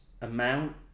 amount